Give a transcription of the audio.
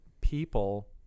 people